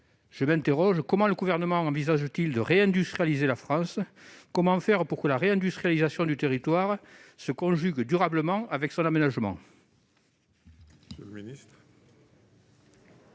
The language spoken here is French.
d'État, comment le Gouvernement envisage-t-il de réindustrialiser la France ? Comment faire pour que la réindustrialisation du territoire se conjugue durablement avec son aménagement ?